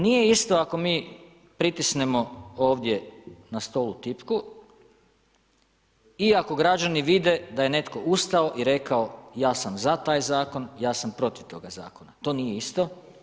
Nije isto ako mi pritisnemo ovdje na stolu tipku i ako građani vide da je netko ustao i rekao ja sam za taj zakon, ja sam protiv toga zakona, to nije isto.